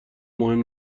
مهم